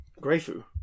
Greyfu